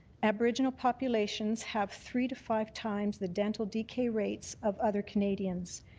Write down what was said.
aboriginal populations have three to five times the dental decay rates of other canadians,